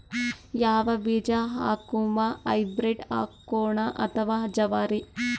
ಯಾವ ಬೀಜ ಹಾಕುಮ, ಹೈಬ್ರಿಡ್ ಹಾಕೋಣ ಅಥವಾ ಜವಾರಿ?